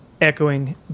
echoing